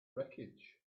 wreckage